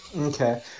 Okay